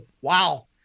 wow